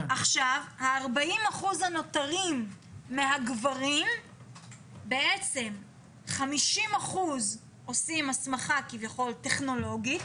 עכשיו ה-40% הנותרים מהגברים בעצם 50% עושים הסמכה כביכול טכנולוגית,